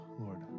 Lord